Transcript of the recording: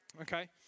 Okay